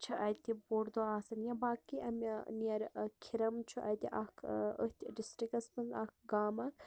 چھِ اتہ بوٚڑ دۄہ آسان باقے اتہ نیر کھِرَم چھُ اتہِ اکھ أتھۍ ڈِسٹرکَس مَنٛز اکھ گامہَ